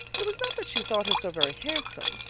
it was not that she thought her so very handsome.